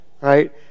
right